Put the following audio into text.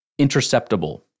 interceptable